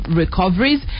recoveries